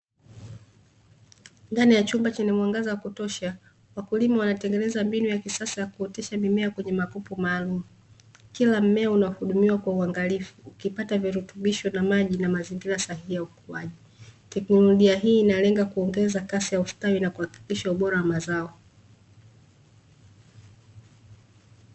Ndani ya chumba chenye mwangaza wa kutosha, wakulima wanatengeneza mbinu ya kisasa ya kuotesha mimea kwenye makopo maalumu. Kila mmea unahudumiwa kwa uangalifu ukipata virutubisho na maji na mazingira sahihi ya ukuaji. Teknolojia hii inalenga kuongeza kasi ya ustawi na kuhakikisha ubora wa mazao.